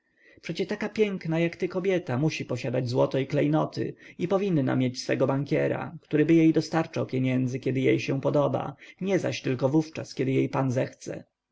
przecie taka piękna jak ty kobieta musi posiadać złoto i klejnoty i powinna mieć swego bankiera któryby jej dostarczał pieniędzy kiedy jej się podoba nie zaś tylko wówczas gdy jej pan zechce